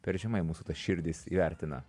per žemai mūsų tas širdis įvertina